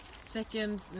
second